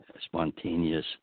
spontaneous